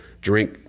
drink